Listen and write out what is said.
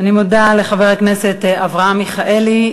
אני מודה לחבר הכנסת אברהם מיכאלי.